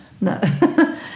No